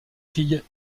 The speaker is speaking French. filles